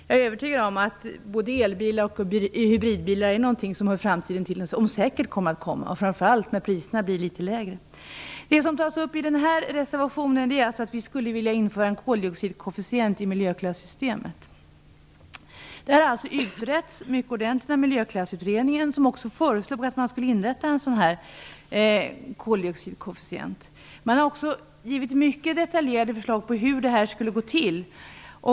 Jag är övertygad om att både elbilar och hybridbilar är någonting som hör framtiden till och som säkert kommer, framför allt när priserna blir litet lägre. Det som tas upp i den här reservationen är att vi skulle vilja införa en koldioxidkoefficient i miljöklassystemet. Det har utretts mycket ordentligt av Miljöklassutredningen, som också föreslog att man skulle införa en koldioxidkoefficient. Man har också lagt fram mycket detaljerade förslag om hur det skulle gå till.